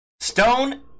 Stone